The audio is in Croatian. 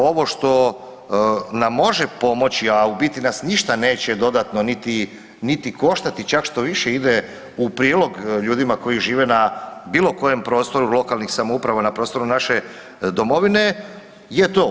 Ovo što nam može pomoći a u biti nas ništa neće dodatno niti koštati, čak štoviše, ide u prilog ljudima koji žive na bilokojem prostoru lokalnih samouprava, na prostoru naše domovine je to.